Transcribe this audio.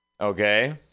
okay